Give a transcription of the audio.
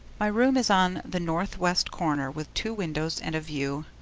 my room is on the north-west corner with two windows and a view.